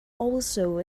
also